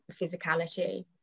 physicality